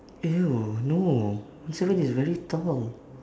eh no no one seven is very tall